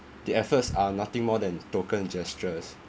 the efforts are nothing more than token gestures